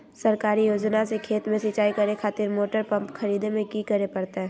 सरकारी योजना से खेत में सिंचाई करे खातिर मोटर पंप खरीदे में की करे परतय?